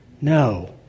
No